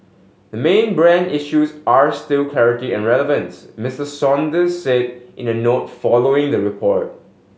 the main brand issues are still clarity and relevance Mister Saunders said in a note following the report